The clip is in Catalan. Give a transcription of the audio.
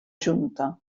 junta